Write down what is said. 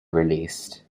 released